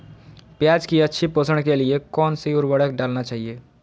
प्याज की अच्छी पोषण के लिए कौन सी उर्वरक डालना चाइए?